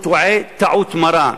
טועה טעות מרה.